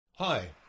Hi